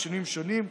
בשינויים שונים,